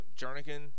Jernigan